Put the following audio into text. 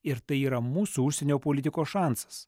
ir tai yra mūsų užsienio politikos šansas